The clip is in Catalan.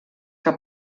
que